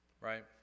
right